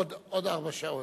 בעוד ארבע שעות.